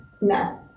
No